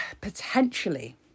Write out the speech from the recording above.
potentially